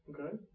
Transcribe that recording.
Okay